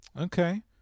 Okay